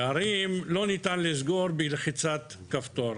לא ניתן לסגור פערים בלחיצת כפתור,